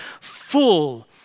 full